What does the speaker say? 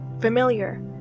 familiar